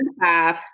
five